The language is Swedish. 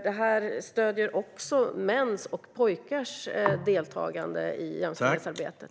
Det här stöder också mäns och pojkars deltagande i jämställdhetsarbetet.